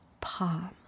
palm